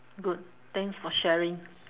good thanks for sharing